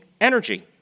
energy